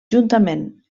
juntament